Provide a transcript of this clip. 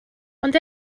ond